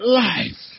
life